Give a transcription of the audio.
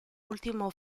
último